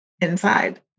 inside